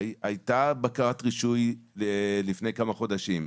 שהייתה בקרת רישוי לפני כמה חודשים,